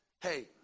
hey